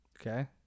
Okay